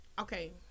okay